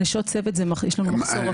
נשות צוות, יש לנו מחסור אקוטי.